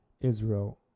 Israel